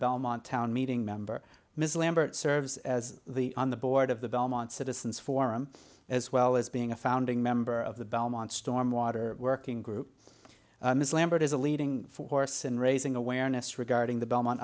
belmont town meeting member ms lambert serves as the on the board of the belmont citizens forum as well as being a founding member of the belmont stormwater working group lambert is a leading force in raising awareness regarding the belmont